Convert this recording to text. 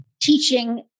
teaching